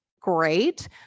great